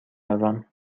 روم